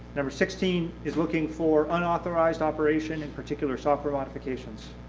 number sixteen, is looking for unauthorized operation, in particular software modifications.